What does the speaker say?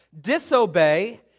Disobey